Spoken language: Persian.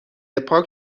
پاک